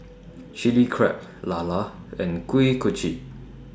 Chilli Crab Lala and Kuih Kochi